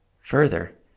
Further